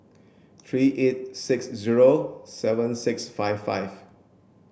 three eight six zero seven six five five